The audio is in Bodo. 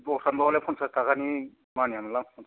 दस्रानिबालाय पन्सास थाखानि मानियामोनलै आं